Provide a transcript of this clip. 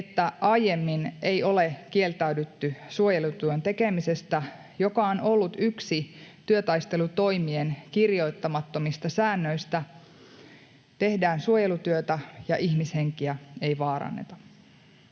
että aiemmin ei ole kieltäydytty suojelutyön tekemisestä, joka on ollut yksi työtaistelutoimien kirjoittamattomista säännöistä: tehdään suojelutyötä, ja ihmishenkiä ei vaaranneta.